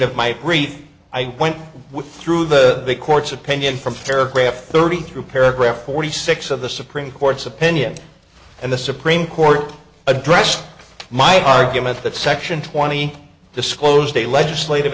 brief i went through the court's opinion from paragraph thirty through paragraph forty six of the supreme court's opinion and the supreme court addressed my argument that section twenty disclosed a legislative